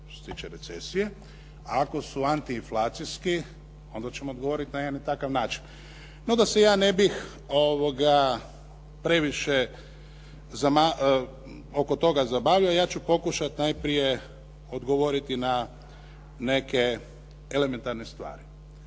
tiče recesije, a ako su antiinflacijski onda ćemo odgovoriti na jedan takav način. No da se ja ne bih previše oko toga zabavljao, ja ću pokušati najprije odgovoriti na neke elementarne stvari.